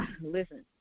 Listen